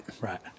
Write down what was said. Right